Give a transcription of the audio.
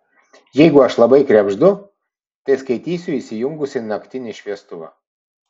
jeigu aš labai krebždu tai skaitysiu įsijungusi naktinį šviestuvą